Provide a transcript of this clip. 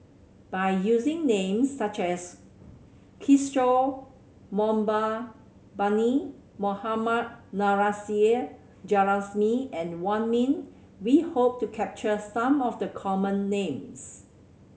by using names such as Kishore Mahbubani Mohammad Nurrasyid Juraimi and Wong Ming we hope to capture some of the common names